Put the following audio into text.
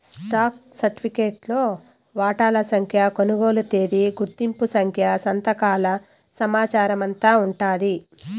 stock సరిఫికెట్లో వాటాల సంఖ్య, కొనుగోలు తేదీ, గుర్తింపు సంఖ్య, సంతకాల సమాచారమంతా ఉండాది